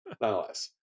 nonetheless